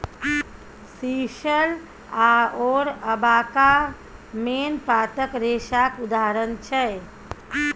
sisal आओर abaca main पातक रेशाक उदाहरण छै